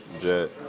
Jet